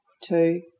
two